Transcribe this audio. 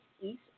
East